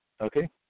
Okay